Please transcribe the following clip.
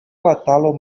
batalo